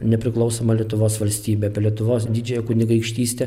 nepriklausomą lietuvos valstybę apie lietuvos didžiąją kunigaikštystę